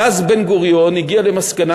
ואז בן-גוריון הגיע למסקנה,